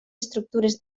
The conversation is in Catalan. estructures